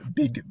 big